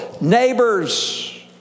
Neighbors